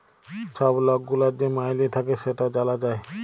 ছব লক গুলার যে মাইলে থ্যাকে সেট জালা যায়